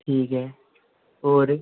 ठीक ऐ होर